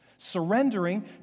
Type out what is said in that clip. Surrendering